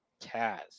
Taz